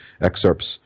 excerpts